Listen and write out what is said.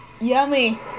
Yummy